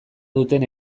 duten